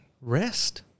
rest